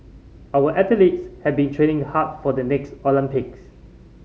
our athletes have been training hard for the next Olympics